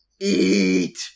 Eat